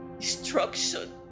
destruction